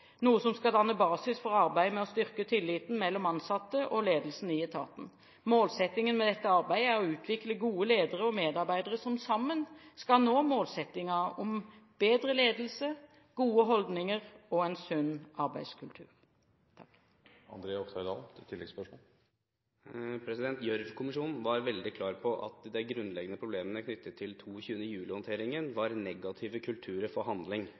noe som skal danne basis for arbeidet med å styrke tilliten mellom ansatte og ledelsen i etaten. Målsettingen med dette arbeidet er å utvikle gode ledere og medarbeidere, som sammen skal nå målsettingen om bedre ledelse, gode holdninger og en sunn arbeidskultur. Gjørv-kommisjonen var veldig klar på at det grunnleggende problemet knyttet til 22. juli-håndteringen var negative kulturer for handling.